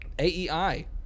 A-E-I